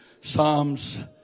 Psalms